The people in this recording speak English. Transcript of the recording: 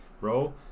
Bro